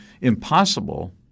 impossible